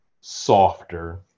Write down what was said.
softer